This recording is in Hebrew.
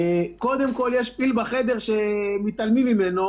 קודם כול, יש פיל בחדר שמתעלמים ממנו,